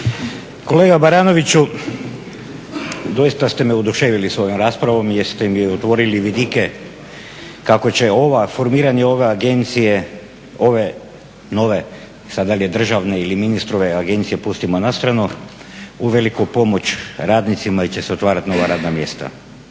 Kolega Baranoviću, doista ste me oduševili svojom raspravom jer ste mi otvorili vidike kako će formiranje ove agencije, ove nove, sad dal je državne ili ministrove agencije pustimo na stranu, uveliko pomoći radnicima jer će se otvarat nova radna mjesta.